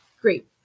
Great